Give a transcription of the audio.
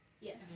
Yes